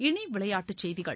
இனி விளையாட்டுச் செய்திகள்